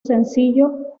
sencillo